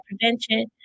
prevention